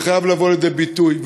זה חייב לבוא לידי ביטוי.